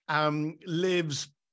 Lives